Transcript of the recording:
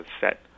set